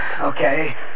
Okay